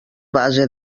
base